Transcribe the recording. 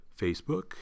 Facebook